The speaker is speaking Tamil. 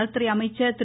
நலத்துறை அமைச்சர் திரு